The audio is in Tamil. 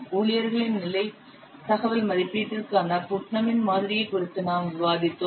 ஊழியர்களின் நிலை தகவல் மதிப்பீட்டிற்கான புட்னமின் மாதிரியை Putnam's model குறித்து நாம் விவாதித்தோம்